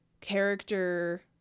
character